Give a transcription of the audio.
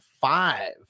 five